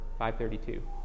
532